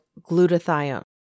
glutathione